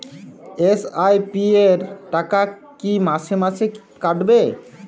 SIP র টাকা কী মাসে মাসে কাটবে?